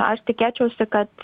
aš tikėčiausi kad